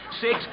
Six